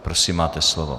Prosím, máte slovo.